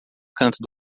canto